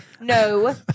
No